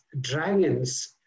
dragons